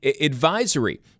advisory